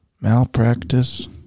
Malpractice